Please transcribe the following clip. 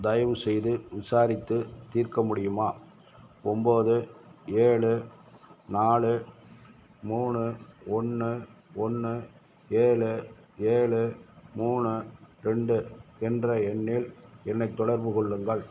தயவு செய்து விசாரித்து தீர்க்க முடியுமா ஒம்போது ஏழு நாலு மூணு ஒன்று ஒன்று ஏழு ஏழு மூணு ரெண்டு என்ற எண்ணில் என்னைத் தொடர்பு கொள்ளுங்கள்